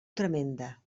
tremenda